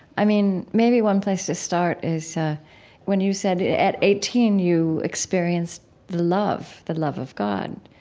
i mean, maybe one place to start is when you said at eighteen you experienced love, the love of god,